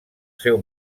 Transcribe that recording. seu